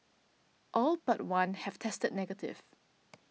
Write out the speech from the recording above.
all but one have tested negative